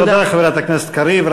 תודה לחברת הכנסת קריב.